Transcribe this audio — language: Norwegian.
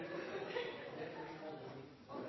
President, det